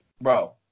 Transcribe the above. bro